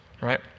right